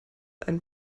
ein